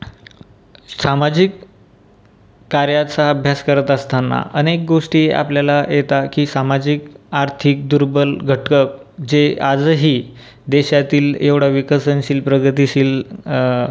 सामाजिक कार्याचा अभ्यास करत असताना अनेक गोष्टी आपल्याला येता की सामाजिक आर्थिक दुर्बल घटकं जे आजही देशातील एवढं विकसनशील प्रगतीशील